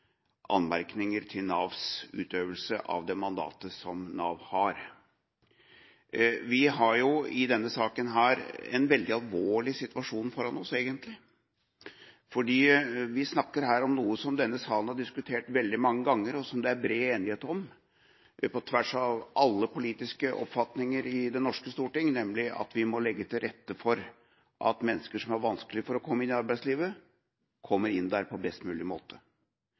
mandatet som Nav har. Vi har i denne saken egentlig en veldig alvorlig situasjon foran oss. Vi snakker her om noe som denne salen har diskutert veldig mange ganger, og som det er bred enighet om på tvers av alle politiske oppfatninger i Det norske storting, nemlig at vi må legge til rette for at mennesker som har vanskelig for å komme inn i arbeidslivet, kommer inn der på best mulig måte.